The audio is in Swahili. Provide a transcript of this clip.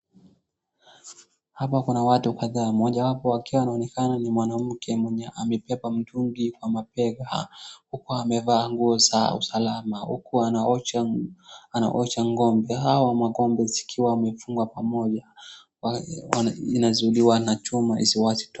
Hapa kuna watu kadhaa mmoja wapo akiwa anaonekana ni mwanamke mwenye amebeba mtungi kwa mabega, huku amevaa nguo za usalama huku anaosha ng'ombe. Hao ng'ombe zikiwa wamefungwa pamoja inazuiliwa na chuma isiwache tu.